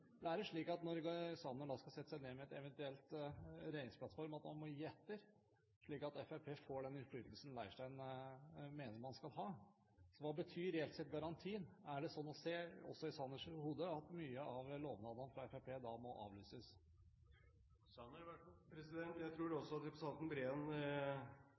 Eller er det slik at når Sanner skal sette seg ned med en eventuell regnskapsplattform, må han gi etter, slik at Fremskrittspartiet får den innflytelsen Leirstein mener man skal ha? Så hva betyr reelt sett garantien? Er det sånn også i Sanners hode at mye av lovnadene fra Fremskrittspartiet da må avlyses? Jeg tror også at representanten Breen